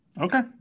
Okay